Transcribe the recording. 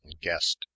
guest